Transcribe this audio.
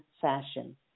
fashion